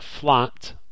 flat